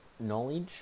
knowledge